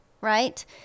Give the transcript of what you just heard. right